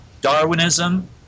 Darwinism